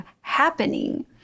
happening